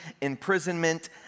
imprisonment